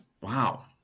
Wow